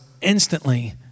instantly